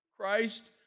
Christ